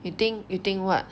you think you think [what]